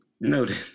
noted